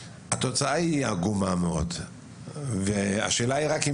התוצאה היא עגומה מאוד והשאלה היא רק,